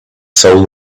soul